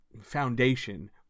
foundation